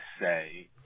say